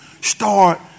start